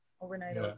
Overnight